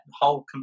whole